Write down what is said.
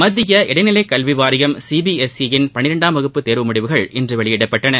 மத்திய இடைநிலை கல்வி வாரியம் சிபிஎஸ்ஈ யின் பன்னிரண்டாம் வகுப்பு தேர்வு முடிவுகள் இன்று வெளியிடப்பட்டன